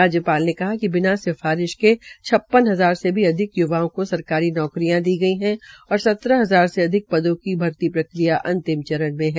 राज्यपाल ने कहा कि बिना सिफारिश के छप्पन हजार से भी अधिक य्वाओं की सरकारी नौकरियों दी गई है और सत्रह हजार से अधिक पदों पर भर्ती प्रक्रिया अंतिम चरण में है